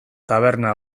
taberna